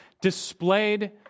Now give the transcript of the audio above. displayed